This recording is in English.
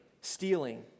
stealing